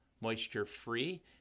moisture-free